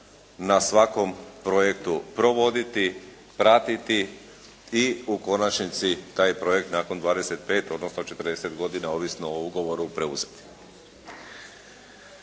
na svakom projektu provoditi, pratiti i u konačnici taj projekt nakon 25, odnosno 40 godina, ovisno o ugovoru preuzeti.